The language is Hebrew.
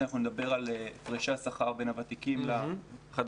אנחנו נדבר על הפרשי השכר בין הוותיקים לחדשים,